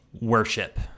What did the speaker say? worship